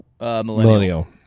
Millennial